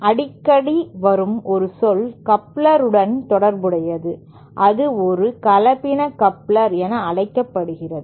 அடிக்கடி வரும் ஒரு சொல் கப்ளர்களுடன் தொடர்புடையது அது ஒரு கலப்பின கப்ளர் என அழைக்கப்படுகிறது